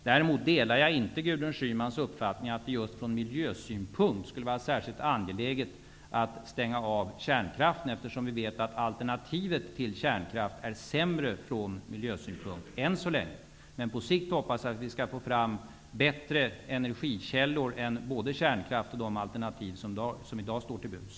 Jag delar emellertid inte Gudrun Schymans uppfattning att det från miljösynpunkt skulle vara angeläget att stänga av kärnkraften, eftersom vi vet att alternativen än så länge är sämre. På sikt hoppas jag att vi emellertid skall få fram bättre energikällor än både kärnkraft och andra alternativ som i dag står till buds.